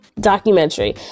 documentary